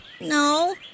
No